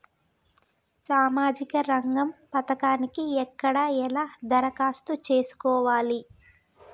సామాజిక రంగం పథకానికి ఎక్కడ ఎలా దరఖాస్తు చేసుకోవాలి?